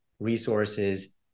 Resources